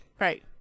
Right